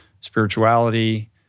spirituality